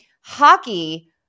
Hockey